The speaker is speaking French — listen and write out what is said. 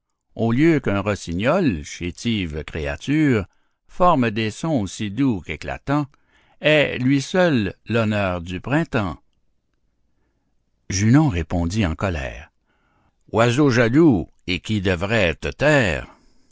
au lieu qu'un rossignol chétive créature forme des sons aussi doux qu'éclatants est lui seul l'honneur du printemps junon répondit en colère oiseau jaloux et qui devrais te taire